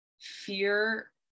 fear